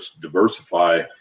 diversify